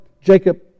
jacob